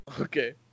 Okay